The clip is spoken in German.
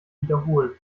wiederholen